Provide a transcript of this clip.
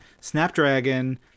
Snapdragon